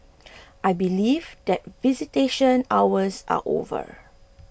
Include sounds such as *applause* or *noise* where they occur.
*noise* I believe that visitation hours are over